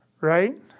right